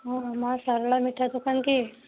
ମା ସାରଳା ମିଠା ଦୋକାନ କି